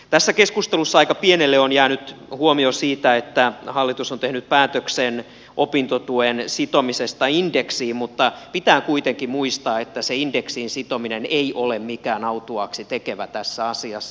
tässä keskustelussa on jäänyt aika pienelle huomiolle se että hallitus on tehnyt päätöksen opintotuen sitomisesta indeksiin mutta pitää kuitenkin muistaa että indeksiin sitominen ei ole mikään autuaaksi tekevä tässä asiassa